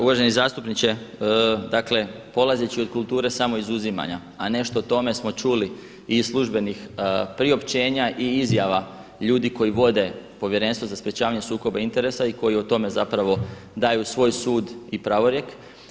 Uvaženi zastupniče, dakle polazeći od kulture samoizuzimanja, a nešto o tome smo čuli i iz službenih priopćenja i izjava ljudi koji vode Povjerenstvo za sprječavanje sukoba interesa i koji o tome zapravo daju svoj sud i pravorijek.